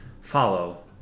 follow